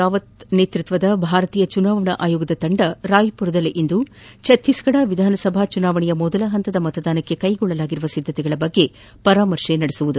ರಾವತ್ ನೇತೃತ್ವದ ಭಾರತೀಯ ಚುನಾವಣಾ ಆಯೋಗದ ತಂಡ ರಾಯ್ಪುರದಲ್ಲಿಂದು ಛತ್ತೀಸ್ಗಢ ವಿಧಾನಸಭಾ ಚುನಾವಣೆಯ ಮೊದಲ ಹಂತದ ಮತದಾನಕ್ಕೆ ಕೈಗೊಳ್ಳಲಾಗಿರುವ ಿದ್ದತೆಗಳ ಪರಿಶೀಲನೆ ನಡೆಸಲಿದೆ